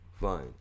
fine